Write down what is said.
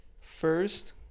first